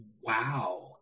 Wow